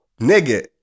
nigga